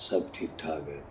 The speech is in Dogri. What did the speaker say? सब ठीक ठाक ऐ